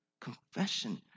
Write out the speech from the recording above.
Confession